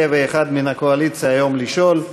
ולאחד מן הקואליציה היום לשאול.